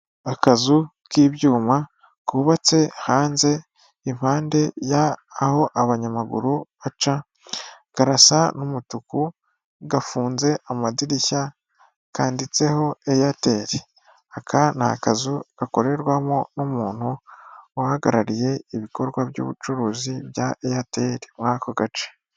Akazu k'ibyuma kubatse hanze impande ya aho abanyamaguru baca, karasa n'umutuku, gafunze amadirishya, kanditseho Airtel, aka ni akazu gakorerwamo n'umuntu uhagarariye ibikorwa by'ubucuruzi bya Airtel w'ako gace.